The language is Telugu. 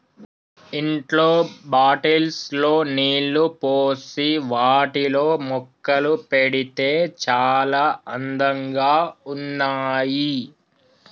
ఇంట్లో బాటిల్స్ లో నీళ్లు పోసి వాటిలో మొక్కలు పెడితే చాల అందంగా ఉన్నాయి